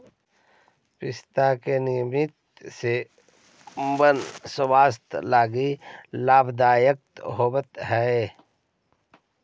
पिस्ता के नियमित सेवन स्वास्थ्य लगी लाभदायक होवऽ हई